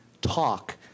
talk